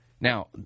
Now